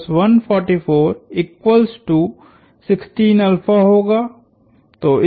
तो 2 सेहोगा